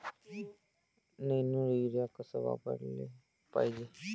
Nano urea कस वापराले पायजे?